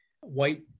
white